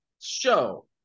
show